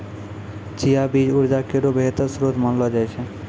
चिया बीज उर्जा केरो बेहतर श्रोत मानलो जाय छै